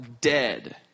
dead